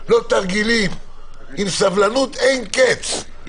סוגי מוסדות חינוך וכו' באופי המוסד,